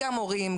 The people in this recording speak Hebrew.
גם של הורים,